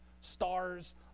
stars